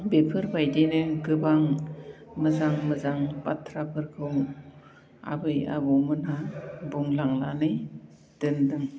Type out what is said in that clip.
बेफोरबायदिनो गोबां मोजां मोजां बाथ्राफोरखौ आबै आबौमोनहा बुंलांनानै दोन्दों